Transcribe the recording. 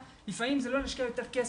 לפעמים זה לא להשקיע יותר כסף,